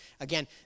Again